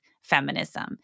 feminism